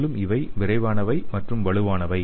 மேலும் இவை விரைவானவை மற்றும் வலுவானவை